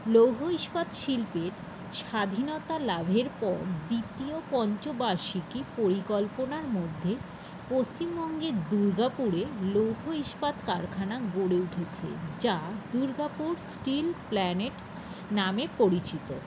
লৌহ ইস্পাত শিল্পের স্বাধীনতা লাভের পর দ্বিতীয় পঞ্চবার্ষিকী পরিকল্পনার মধ্যে পশ্চিমবঙ্গের দুর্গাপুরে লৌহ ইস্পাত কারখানা গড়ে উঠেছে যা দুর্গাপুর স্টিল প্ল্যান্ট নামে পরিচিত